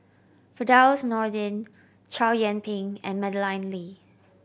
Firdaus Nordin Chow Yian Ping and Madeleine Lee